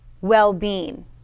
well-being